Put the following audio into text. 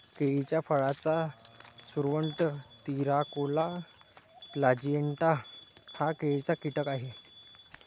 केळीच्या फळाचा सुरवंट, तिराकोला प्लॅजिएटा हा केळीचा कीटक आहे